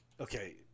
Okay